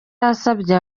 yasabye